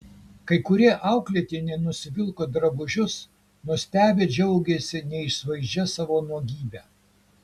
kai kurie auklėtiniai nusivilko drabužius nustebę džiaugėsi neišvaizdžia savo nuogybe